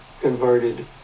converted